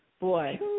boy